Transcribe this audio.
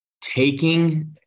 Taking